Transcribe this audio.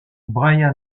brian